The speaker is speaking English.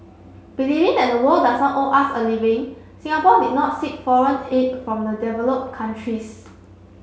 believing that the world does not owe us a living Singapore did not seek foreign aid from the developed countries